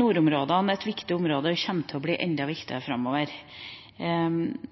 Nordområdene er et viktig område og kommer til å bli enda viktigere framover.